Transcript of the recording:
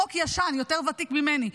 חוק ישן, יותר ותיק ממני.